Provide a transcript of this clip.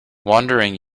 wandering